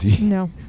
No